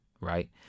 right